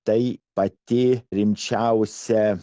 tai pati rimčiausia